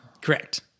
Correct